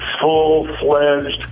full-fledged